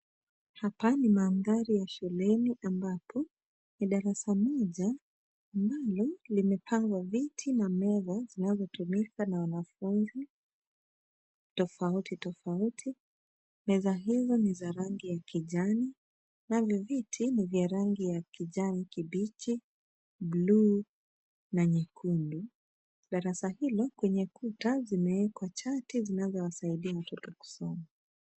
Hapa ni mandhari ya shuleni ambapo ni darasa moja ambalo limepangwa viti na meza zinazotumika na wanafunzi tofauti tofauti. Meza hizo ni za rangi ya kijani navyo viti ni vya rangi ya kijani kibichi, buluu na nyekundu. Darasa hilo kwenye kuta zimewekwa chati zinazowasaidia watoto kusoma.